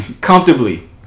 comfortably